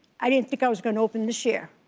i didn't think i was gonna open this year.